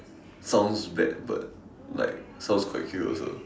sounds bad but like sounds quite cute also